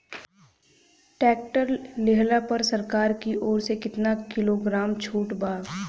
Tractor लिहला पर सरकार की ओर से केतना किलोग्राम छूट बा?